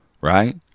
Right